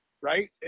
Right